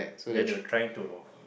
then they were trying to